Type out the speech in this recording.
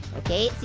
okay,